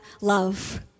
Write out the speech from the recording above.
love